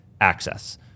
access